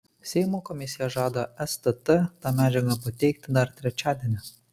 seimo komisija žada stt tą medžiagą pateikti dar trečiadienį